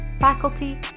faculty